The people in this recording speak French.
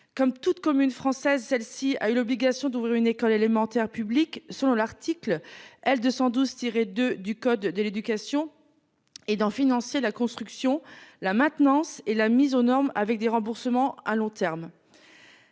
Comme toute commune française, celle-ci a eu l'obligation d'ouvrir une école élémentaire publique selon l'article L 212 tiré de du code de l'éducation et d'en financer la construction, la maintenance et la mise aux normes, avec des remboursements à long terme.